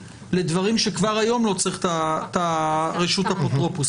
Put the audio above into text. לדברים שכבר היום לא צריך את רשות האפוטרופוס.